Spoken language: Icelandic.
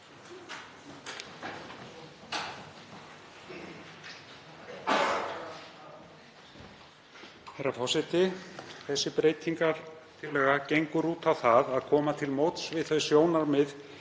Herra forseti. Þessi breytingartillaga gengur út á að koma til móts við það sjónarmið